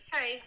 Hey